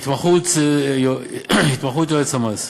התמחות יועץ המס,